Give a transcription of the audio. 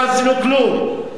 לא עשינו כלום.